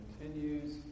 continues